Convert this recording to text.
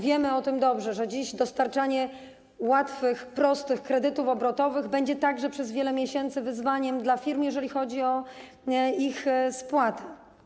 Wiemy dobrze o tym, że dziś dostarczanie łatwych, prostych kredytów obrotowych będzie także przez wiele miesięcy wyzwaniem dla firm, jeżeli chodzi o ich spłatę.